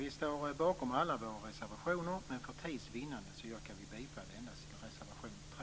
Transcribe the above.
Vi står bakom alla våra reservationer, men för tids vinnande yrkar vi bifall endast till reservation 3.